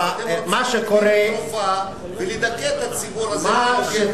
אתם רוצים, ולדכא את הציבור הזה, ממש לא.